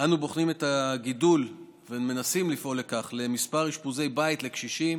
אנו בוחנים את הגידול ומנסים לפעול למספר אשפוזי בית לקשישים